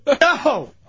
No